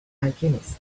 alchemist